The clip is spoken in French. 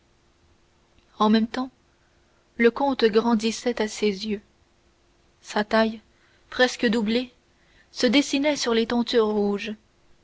en même temps le comte grandissait à ses yeux sa taille presque doublée se dessinait sur les tentures rouges